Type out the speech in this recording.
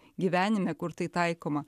gyvenime kur tai taikoma